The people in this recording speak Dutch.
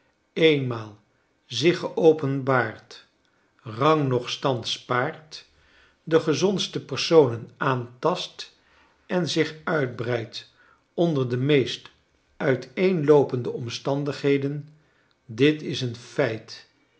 eenmaal zich geopenbaard rang noch stand spaart de gezondste personen aantast en zich uitbreidt onder de meest uiteenloopende omstandigheden dit is een feit